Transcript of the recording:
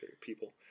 people